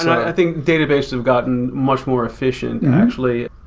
i think databases have gotten much more efficient actually,